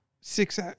Six